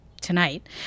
tonight